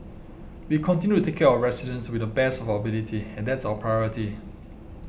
we continue to take care of our residents to the best of our ability and that's our priority